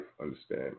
Understand